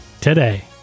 today